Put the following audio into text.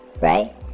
right